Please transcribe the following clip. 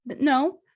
No